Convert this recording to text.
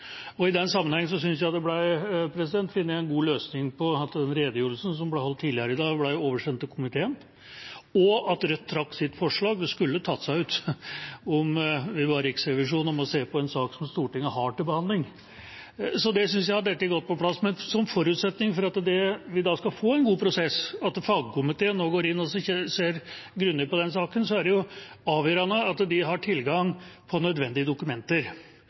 Stortinget. I den sammenheng synes jeg det ble funnet en god løsning ved at den redegjørelsen som ble holdt tidligere i dag, ble oversendt til komiteen, og at Rødt trakk sitt forslag. Det skulle tatt seg ut om vi ba Riksrevisjonen om å se på en sak som Stortinget har til behandling. Så det synes jeg har falt godt på plass. Men avgjørende for at vi skal få en god prosess, ved at fagkomiteen nå går inn og ser grundig på den saken, er at de har tilgang på nødvendige dokumenter.